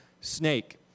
snake